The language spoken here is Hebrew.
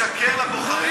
לשקר לבוחרים?